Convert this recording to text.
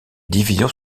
divisions